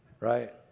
right